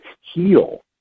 heal